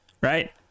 right